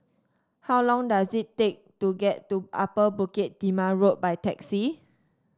how long does it take to get to Upper Bukit Timah Road by taxi